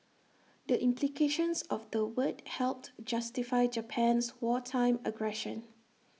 the implications of the word helped justify Japan's wartime aggression